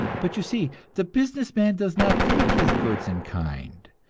but, you see, the business man does not take his goods in kind.